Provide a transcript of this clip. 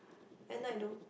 and I don't